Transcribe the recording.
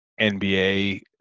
NBA